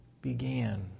began